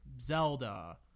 Zelda